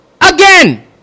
again